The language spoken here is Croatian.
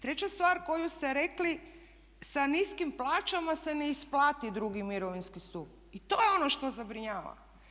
Treća stvar koju ste rekli sa niskim plaćama se ne isplati drugi mirovinski stup i to je ono što zabrinjava.